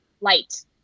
light